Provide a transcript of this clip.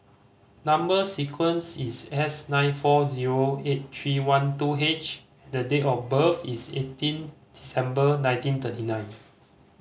number sequence is S nine four zero eight three one two H the date of birth is eighteen December nineteen thirty nine